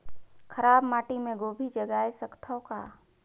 खराब माटी मे गोभी जगाय सकथव का?